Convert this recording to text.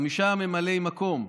וחמישה ממלאי מקום: